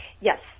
yes